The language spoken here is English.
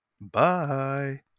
Bye